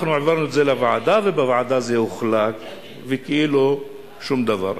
אנחנו העברנו את זה לוועדה ובוועדה זה הוחלק וכאילו שום דבר.